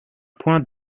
point